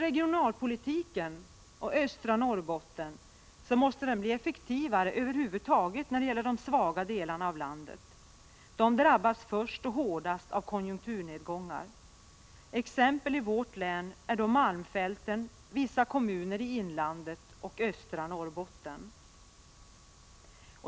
Regionalpolitiken måste bli effektivare över huvud taget när det gäller de svaga delarna av landet. De drabbas först och hårdast av konjunkturnedgångar. Exempel i vårt län är malmfälten, vissa kommuner i inlandet och östra Norrbotten.